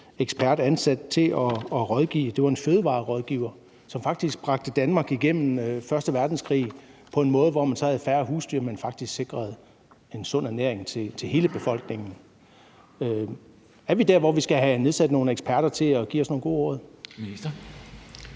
ansat til at rådgive. Det var en fødevarerådgiver, som faktisk bragte Danmark gennem første verdenskrig på en måde, hvor man så havde færre husdyr, men faktisk sikrede en sund ernæring til hele befolkningen. Er vi der, hvor vi skal have nedsat nogle eksperter til at give os nogle gode råd?